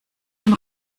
dem